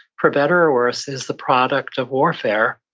for better or worse, is the product of warfare,